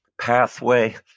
pathway